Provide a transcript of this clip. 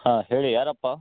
ಹಾಂ ಹೇಳಿ ಯಾರಪ್ಪ